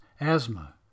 asthma